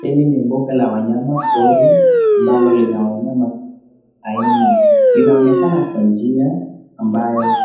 Hili ni mbuga la wanyama pori ambalo lina wanyama aina. Linaonekana Kwa njia ambayo